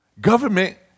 Government